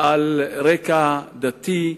על רקע דתי,